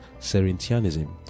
Serentianism